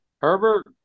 Herbert